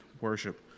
worship